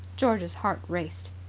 george's heart raced.